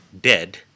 dead